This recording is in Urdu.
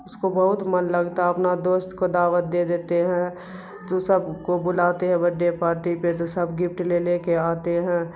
اس کو بہت من لگتا اپنا دوست کو دعوت دے دیتے ہیں تو سب کو بلاتے ہیں بڈڈے پارٹی پہ تو سب گفٹ لے لے کے آتے ہیں